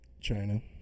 China